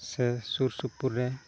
ᱥᱩᱨ ᱥᱩᱯᱩᱨ ᱨᱮ